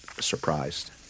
surprised